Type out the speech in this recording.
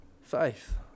faith